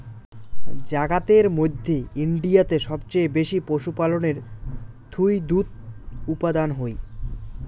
জাগাতের মধ্যে ইন্ডিয়াতে সবচেয়ে বেশি পশুপালনের থুই দুধ উপাদান হই